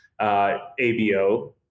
ABO